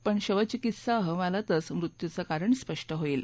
पण शवचिकीत्सा अहवालातच मृत्यूचं कारण स्पष्ट होईल